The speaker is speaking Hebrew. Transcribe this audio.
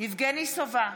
יבגני סובה,